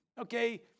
okay